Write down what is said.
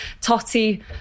Totti